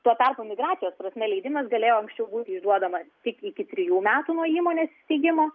tuo tarpu migracijos prasme leidimas galėjo anksčiau būti išduodamas tik iki trijų metų nuo įmonės įsteigimo